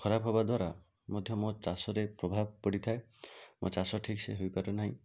ଖରାପ ହେବା ଦ୍ଵାରା ମଧ୍ୟ ମୋ ଚାଷରେ ପ୍ରଭାବ ପଡ଼ିଥାଏ ମୋ ଚାଷ ଠିକ୍ ସେ ହୋଇପାରେ ନାହିଁ